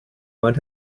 went